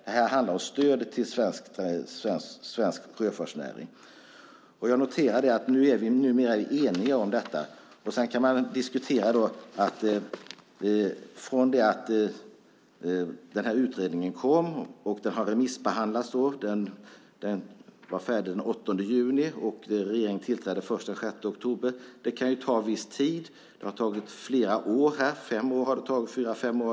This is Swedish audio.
Det här handlar om stödet till svensk sjöfartsnäring. Jag noterar att vi numera är eniga om detta. Utredningen lades fram den 8 juni 2006, och den har remissbehandlats. Regeringen tillträdde först den 6 oktober 2006. Det här kan ta en viss tid. Det har tagit flera år - fyra fem år.